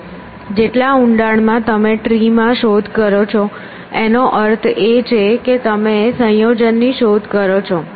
જેટલા ઊંડાણ માં તમે ટ્રી માં શોધ કરો એનો અર્થ એ છે કે તમે સંયોજનોની શોધ કરો છો